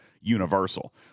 universal